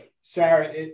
Sarah